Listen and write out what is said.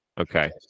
Okay